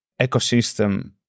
ecosystem